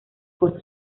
coso